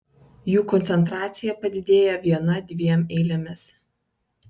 jų koncentracija padidėja viena dviem eilėmis